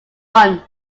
run